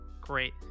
Great